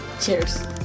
Cheers